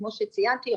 שכמו שציינתי,